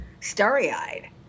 starry-eyed